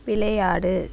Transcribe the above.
விளையாடு